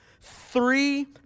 three